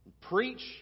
preach